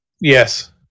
Yes